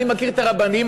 אתם מחרימים.